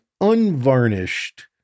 unvarnished